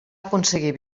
aconseguir